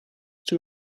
too